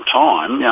time